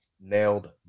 nailed